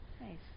nice